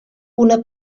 una